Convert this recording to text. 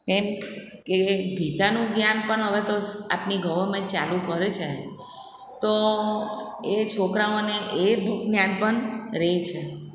એમ કે ગીતાનું જ્ઞાન પણ હવે તો આપની ગવર્મેન્ટ ચાલુ કરે છે તો એ છોકરાઓને એ ભુ જ્ઞાન પણ રહે છે